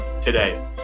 today